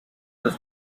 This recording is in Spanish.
los